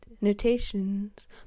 Notations